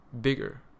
bigger